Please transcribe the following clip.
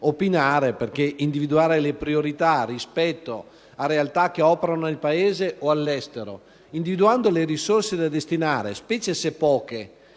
opinare, perché individuare le priorità rispetto a realtà che operano nel Paese o all'estero individuando le risorse da destinare, specie se poche